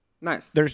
Nice